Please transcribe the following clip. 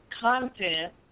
content